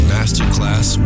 Masterclass